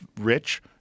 rich